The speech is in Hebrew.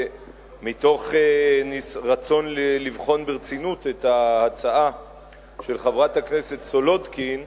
מתוך רצון לבחון ברצינות את ההצעה של חברת הכנסת סולודקין,